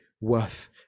worth